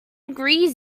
agrees